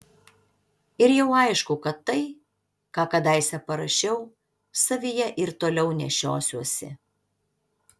ir jau aišku kad tai ką kadaise parašiau savyje ir toliau nešiosiuosi